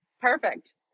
perfect